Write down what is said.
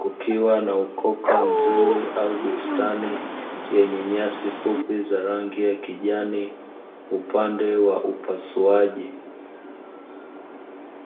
kukiwa na ukoka mzuri au bustani yenye nyasi fupi za rangi ya kijani upande wa upasuaji.